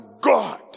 God